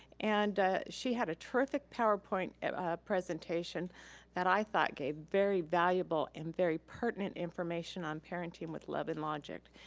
and she had a terrific powerpoint presentation that i thought gave very valuable and very pertinent information on parenting with love and logic.